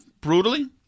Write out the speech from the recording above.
brutally